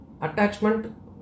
Attachment